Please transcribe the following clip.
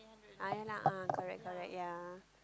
ah yeah lah ah correct correct ya